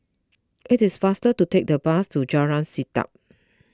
it is faster to take the bus to Jalan Sedap